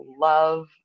love